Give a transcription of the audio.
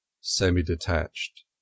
semi-detached